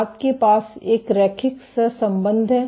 आपके पास एक रैखिक सहसंबंध है